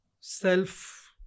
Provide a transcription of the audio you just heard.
self